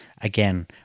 again